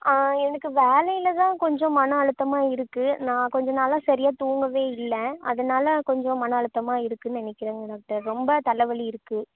எனக்கு வேலையில்தான் கொஞ்சம் மன அழுத்தமா இருக்குது நான் கொஞ்சம் நாளாக சரியாக தூங்கவே இல்லை அதனால் கொஞ்சம் மன அழுத்தமா இருக்குதுனு நினைக்கிறங்க டாக்டர் ரொம்ப தலைவலி இருக்குது